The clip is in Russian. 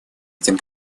этим